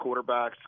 quarterbacks